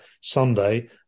Sunday